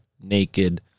naked